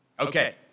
Okay